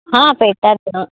పెట్టొచ్చు